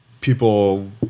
People